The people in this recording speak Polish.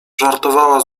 żartowała